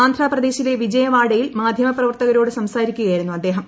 ആന്ധ്രപ്രദേശിലെ വിജയവാഡയിൽ മാധ്യമ പ്രവർത്തകരോട് സംസാരിക്കുകയായിരുന്നു അദ്ദേഹം